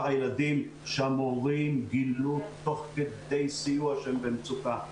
הילדים שתוך כדי סיוע המורים גילו שהם במצוקה.